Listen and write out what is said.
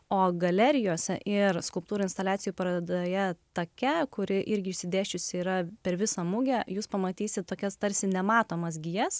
o galerijose ir skulptūrų instaliacijų parodoje take kuri irgi išsidėsčiusi yra per visą mugę jūs pamatysite tokias tarsi nematomas gijas